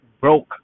broke